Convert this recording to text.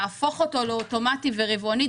להפוך אותו לאוטומטי ורבעוני,